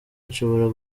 nshobora